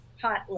hot